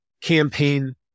campaign